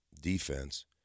defense